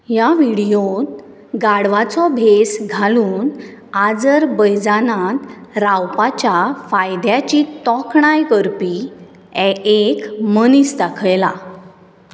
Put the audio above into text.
ह्या व्हिडियोंत गाडवाचो भेस घालून आझरबैजानांत रावपाच्या फायद्याची तोखणाय करपी एका मनीस दाखयला